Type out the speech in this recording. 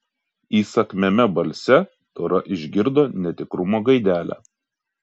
įsakmiame balse tora išgirdo netikrumo gaidelę